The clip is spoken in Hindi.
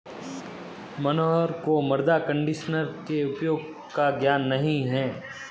मनोहर को मृदा कंडीशनर के उपयोग का ज्ञान नहीं है